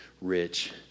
rich